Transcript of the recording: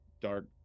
dark